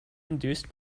induced